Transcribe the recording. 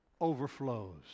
overflows